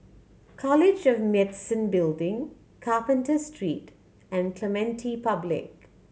College of Medicine Building Carpenter Street and Clementi Public